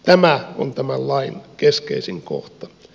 tämä on tämän lain keskeisin kohta